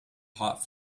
hot